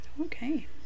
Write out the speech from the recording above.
Okay